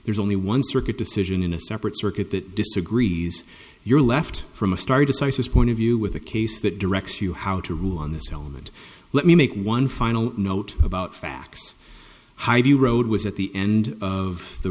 there's only one circuit decision in a separate circuit that disagrees your left from a star decisis point of view with a case that directs you how to rule on this element let me make one final note about facts high the road was at the end of the